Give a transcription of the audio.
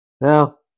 Now